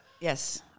Yes